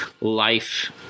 life